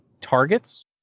targets